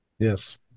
Yes